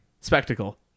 Spectacle